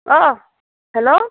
অহ hello